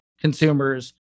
consumers